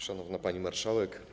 Szanowna Pani Marszałek!